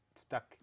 stuck